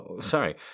sorry